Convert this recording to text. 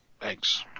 Thanks